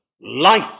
Light